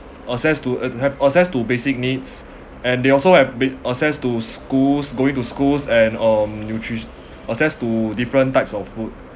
access to uh have access to basic needs and they also have ba~ access to schools going to schools and um nutritio~ access to different types of food